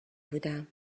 بودم